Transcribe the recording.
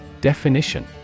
Definition